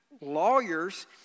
lawyers